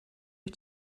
wyt